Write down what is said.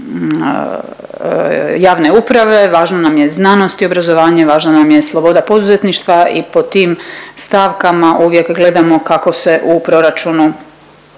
javne uprave, važno nam je znanost i obrazovanje, važno nam je sloboda poduzetništva i po tim stavkama uvijek gledamo kako se u proračunu,